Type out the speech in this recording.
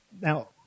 Now